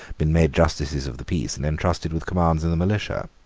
been made justices of the peace and entrusted with commands in the militia.